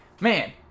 man